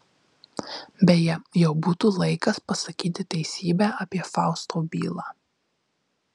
beje jau būtų laikas pasakyti teisybę apie fausto bylą